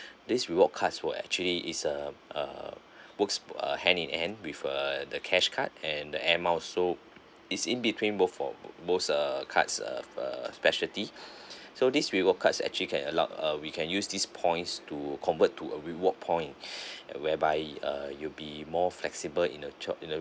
this reward cards were actually is uh uh works err hand in hand with uh the cash card and the air miles so it's in between both of both uh cards uh uh specialty so this reward cards actually can allow uh we can use this points to convert to a reward point whereby uh you'll be more flexible in a tr~ in a